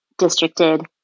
districted